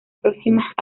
próximas